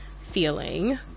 feeling